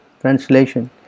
Translation